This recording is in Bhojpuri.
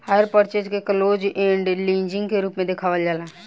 हायर पर्चेज के क्लोज इण्ड लीजिंग के रूप में देखावल जाला